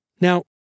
Now